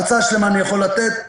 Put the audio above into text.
אני יכול לתת הרצאה שלמה.